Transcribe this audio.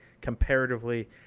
comparatively